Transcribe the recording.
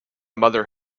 mother